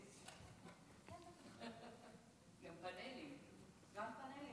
גם פאנלים,